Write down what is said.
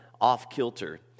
off-kilter